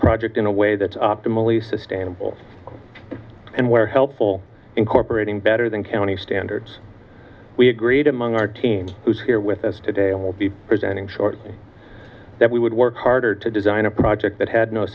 project in a way that somalis sustainable and where helpful incorporating better than county standards we agreed among our teams who's here with us today and will be presenting shortly that we would work harder to design a project that had no